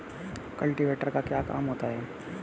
Cultivator का क्या काम होता है?